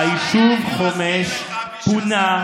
היישוב חומש פונה,